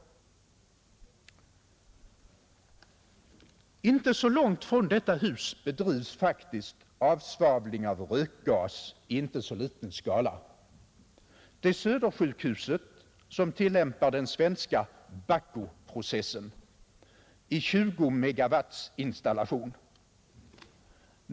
Inte så långt från detta hus bedrivs faktiskt avsvavling av rökgas i inte så liten skala. Det är Södersjukhuset som tillämpar den svenska Bahcoprocessen i 20 megawatts installation.